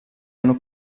hanno